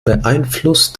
beeinflusst